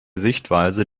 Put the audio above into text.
sichtweise